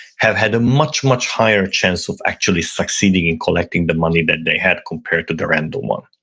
have had a much, much higher chance of actually succeeding and collecting the money that they had compared to the random one.